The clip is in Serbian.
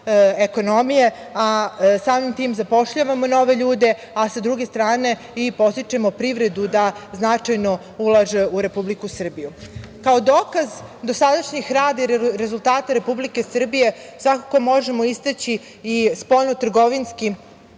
ekonomije, a samim tim zapošljavamo nove ljude, a sa druge strane podstičemo i privredu da značajno ulaže u Republiku Srbiju. Kao dokaz dosadašnjeg rada i rezultata Republike Srbije svakako možemo istaći i spoljno trgovinski